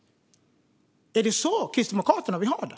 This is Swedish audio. Är det så Kristdemokraterna vill ha det?